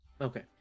okay